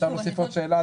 אפשר להוסיף עוד שאלה,